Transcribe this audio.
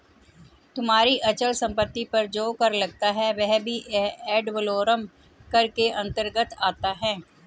तुम्हारी अचल संपत्ति पर जो कर लगता है वह भी एड वलोरम कर के अंतर्गत आता है